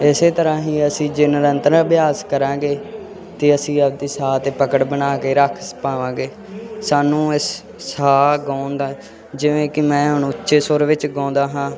ਇਸ ਤਰ੍ਹਾਂ ਹੀ ਅਸੀਂ ਜੇ ਨਿਰੰਤਰ ਅਭਿਆਸ ਕਰਾਂਗੇ ਤਾਂ ਅਸੀਂ ਆਪਣੇ ਸਾਹ 'ਤੇ ਪਕੜ ਬਣਾ ਕੇ ਰੱਖ ਸ ਪਾਵਾਂਗੇ ਸਾਨੂੰ ਇਸ ਸਾਹ ਗਾਉਣ ਦਾ ਜਿਵੇਂ ਕਿ ਮੈਂ ਹੁਣ ਉੱਚੇ ਸੁਰ ਵਿੱਚ ਗਾਉਂਦਾ ਹਾਂ